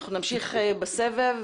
אנחנו נמשיך בסבב.